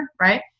right